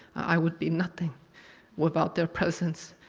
i would be nothing without their presence.